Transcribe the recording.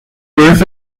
برس